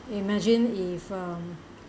imagine if um